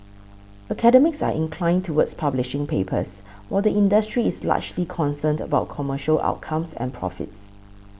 academics are inclined towards publishing papers while the industry is largely concerned about commercial outcomes and profits